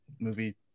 movie